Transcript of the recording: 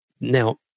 Now